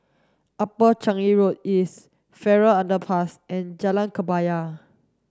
Upper Changi Road East Farrer Underpass and Jalan Kebaya